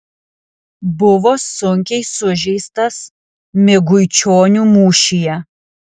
buvo sunkiai sužeistas miguičionių mūšyje